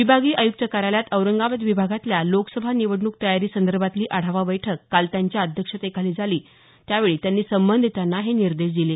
विभागीय आयुक्त कार्यालयात औरंगाबाद विभागातल्या लोकसभा निवडणूक तयारी संदर्भातली आढावा बैठक काल त्यांच्या अध्यक्षतेखाली झाली त्यावेळी त्यांनी संबधितांना हे निर्देश दिले